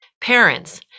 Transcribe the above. Parents